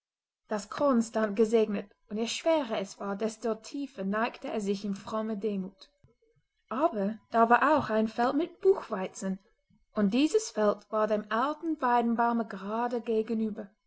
das korn stand gesegnet und je schwerer es war desto tiefer neigte es sich in frommer demut aber da war auch ein feld mit buchweizen und dieses feld war dem alten weidenbaume gerade gegenüber